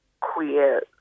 queer